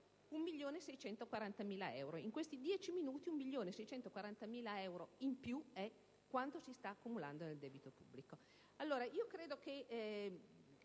1.640.000 euro. In questi 10 minuti, 1.640.000 euro in più è quanto si sta aggiungendo nel debito pubblico.